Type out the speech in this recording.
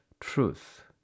truth